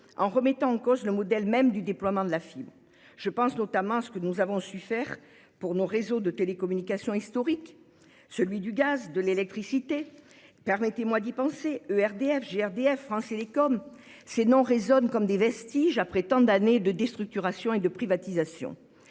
en remettant en cause le modèle même du déploiement de la fibre. Je pense notamment à ce que nous avons su faire pour nos réseaux de télécommunications historiques ou pour celui du gaz et de l'électricité- permettez-moi d'y penser ! ERDF, GRDF ou France Télécom : ces noms résonnent comme des vestiges après tant d'années de déstructuration et de privatisation